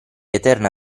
eterna